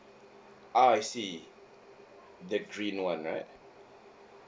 ah I see the green one right